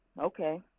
Okay